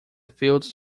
fields